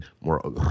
more